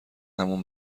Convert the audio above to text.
همون